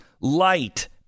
light